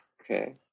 Okay